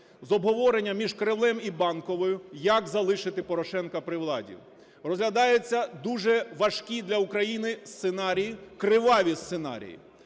з обговорення між Кремлем і Банковою, як залишити Порошенка при владі. Розглядається дуже важкі для України сценарії, криваві сценарії.